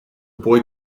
boy